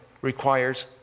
requires